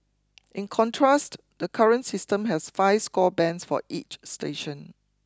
in contrast the current system has five score bands for each station